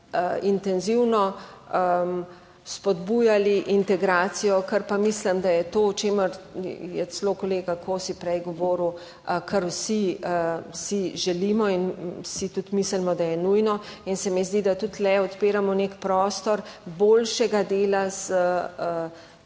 pa intenzivno spodbujali integracijo, kar pa mislim, da je to, o čemer je celo kolega Kosi prej govoril, kar vsi si želimo in si tudi mislimo, da je nujno. In se mi zdi, da tudi tu odpiramo nek prostor boljšega dela s